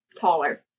taller